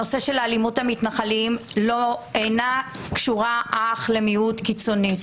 הנושא של אלימות המתנחלים אינו קשור רק למיעוט קיצוני.